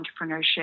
entrepreneurship